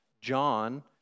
John